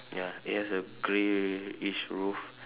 ya it has a grey each roof